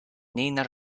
nina